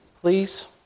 please